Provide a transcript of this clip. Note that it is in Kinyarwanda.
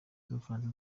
z’ubufaransa